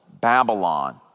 Babylon